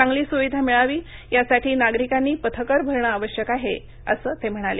चांगली सुविधा मिळावी यासाठी नागरिकांनी पथकर भरणं आवश्यक आहे असं ते म्हणाले